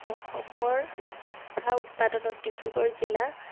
অসমৰ চাহ উৎপাদনত ডিব্ৰুগড় জিলা